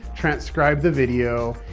transcribe the video,